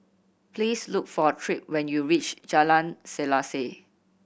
please look for Tripp when you reach Jalan Selaseh